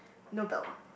no belt